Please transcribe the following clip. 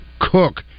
Cook